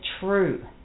true